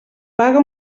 paga